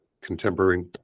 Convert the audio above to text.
contemporary